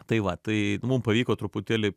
tai va tai mum pavyko truputėlį